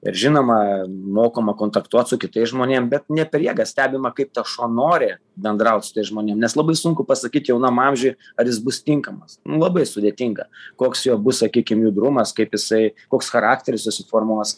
ir žinoma mokoma kontaktuot su kitais žmonėm bet ne per jėgą stebima kaip tas šuo nori bendraut su tais žmonėm nes labai sunku pasakyt jaunam amžiuj ar jis bus tinkamas nu labai sudėtinga koks jo bus sakykim judrumas kaip jisai koks charakteris susiformuos